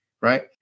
right